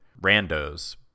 randos